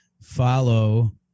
follow